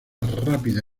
rápida